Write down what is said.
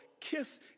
kiss